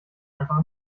einfach